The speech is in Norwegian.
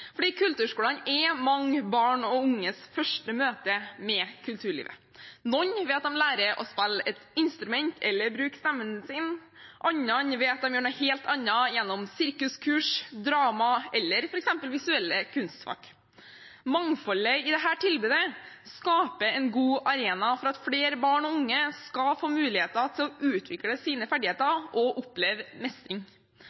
kulturskolene er mange barn og unges første møte med kulturlivet – noen ved at de lærer å spille et instrument eller å bruke stemmen sin, andre ved at de gjør noe helt annet gjennom sirkuskurs, drama eller f.eks. visuelle kunstfag. Mangfoldet i dette tilbudet skaper en god arena for at flere barn og unge skal få muligheten til å utvikle sine ferdigheter